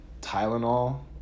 Tylenol